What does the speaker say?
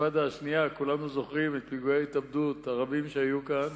כולנו זוכרים את פיגועי ההתאבדות הרבים שהיו כאן